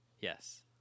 Yes